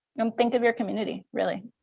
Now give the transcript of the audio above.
um think of your community, really.